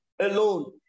alone